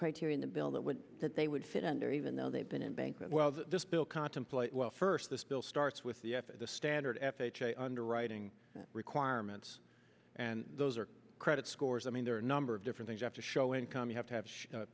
criteria in the bill that would that they would fit under even though they've been in bank that well this bill contemplate well first this bill starts with the standard f h a underwriting requirements and those are credit scores i mean there are a number of different things have to show income you have to have